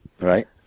Right